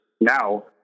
now